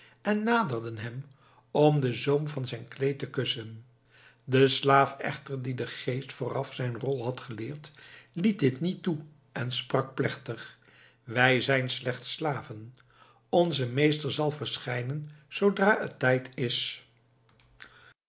en naderden hem om den zoom van zijn kleed te kussen de slaaf echter dien de geest vooraf zijn rol had geleerd liet dit niet toe en sprak plechtig wij zijn slechts slaven onze meester zal verschijnen zoodra het tijd is